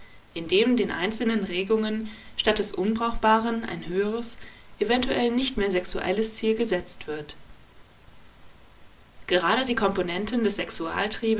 indem den einzelnen regungen statt des unbrauchbaren ein höheres eventuell nicht mehr sexuelles ziel gesetzt wird gerade die komponenten des